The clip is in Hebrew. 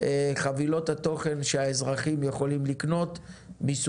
חבילות התוכן מסוגים שונים שהאזרחים יכולים לקנות.